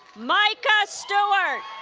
micah stewart